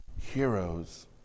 heroes